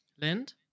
Lind